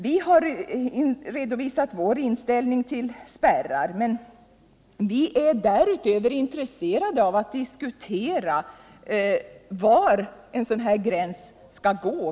Vi har redovisat vår inställning till spärrar, men vi är därutöver intresserade av att diskutera var en sådan gräns skall gå.